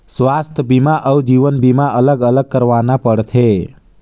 स्वास्थ बीमा अउ जीवन बीमा अलग अलग करवाना पड़थे?